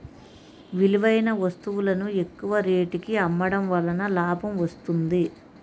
విలువైన వస్తువులను ఎక్కువ రేటుకి అమ్మడం వలన లాభం వస్తుంది